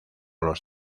los